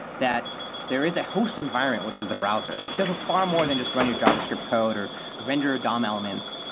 that there is a host environment, which is the browser. it does far more than just run your javascript code, or render dom elements.